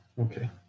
okay